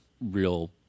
real